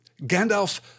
Gandalf